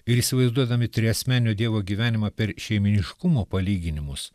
ir įsivaizduodami triasmenio dievo gyvenimą per šeimyniškumo palyginimus